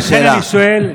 ולכן אני שואל,